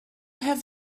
have